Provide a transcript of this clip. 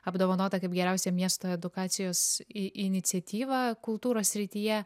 apdovanotą kaip geriausią miesto edukacijos į iniciatyvą kultūros srityje